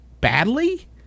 badly